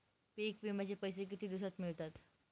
पीक विम्याचे पैसे किती दिवसात मिळतात?